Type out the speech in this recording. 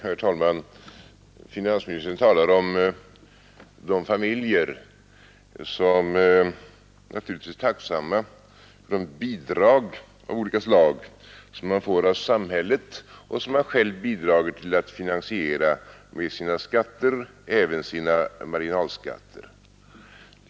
Herr talman! Finansministern talade om de familjer som naturligtvis är tacksamma för de bidrag av olika slag som de får av samhället och som de själva bidragit till att finansiera med sina skatter och även med sina marginalskatter.